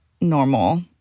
normal